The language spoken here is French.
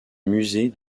musée